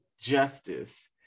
justice